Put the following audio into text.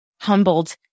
humbled